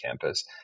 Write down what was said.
campus